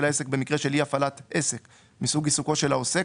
העסק במקרה של אי־הפעלת עסק מסוג עיסוקו של העוסק,